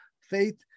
faith